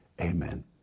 Amen